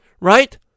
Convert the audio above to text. right